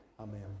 Amen